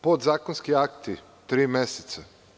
Podzakonski akti, tri meseca.